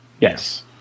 yes